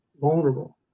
vulnerable